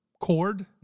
cord